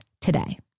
today